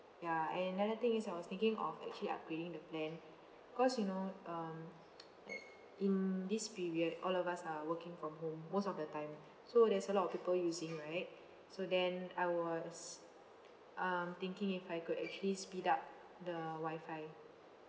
ya and another thing is I was thinking of actually upgrading the plan cause you know um like in this period all of us are working from home most of the time so there's a lot of people using right so then I was um thinking if I could actually speed up the wifi